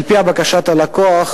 על-פי בקשת הלקוח,